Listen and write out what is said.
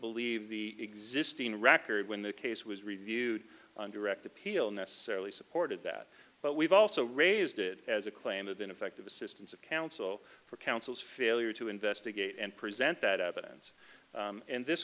believe the existing record when the case was reviewed on direct appeal necessarily supported that but we've also raised it as a claim of ineffective assistance of counsel for counsel's failure to investigate and present that evidence and this